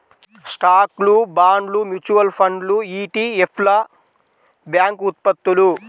స్టాక్లు, బాండ్లు, మ్యూచువల్ ఫండ్లు ఇ.టి.ఎఫ్లు, బ్యాంక్ ఉత్పత్తులు